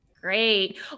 Great